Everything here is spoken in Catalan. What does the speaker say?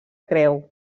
creu